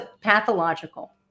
pathological